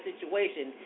situation